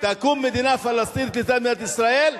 תקום מדינה פלסטינית מדינת ישראל,